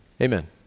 amen